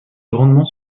grandement